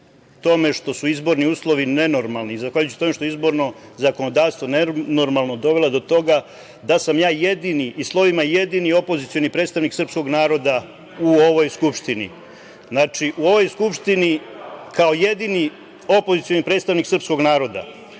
tome što su izborni uslovi nenormalni, zahvaljujući što je izborno zakonodavstvo nenormalno dovelo do toga da sam ja jedini i slovima jedini opozicioni predstavnik srpskog naroda u ovoj Skupštini. Znači, u ovoj Skupštini kao jedini opozicioni predstavnik srpskog naroda.